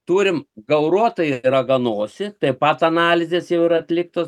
turim gauruotąjį raganosį taip pat analizės jau yra atliktos